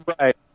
Right